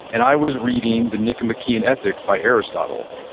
and i was reading the nicomachean ethics by aristotle.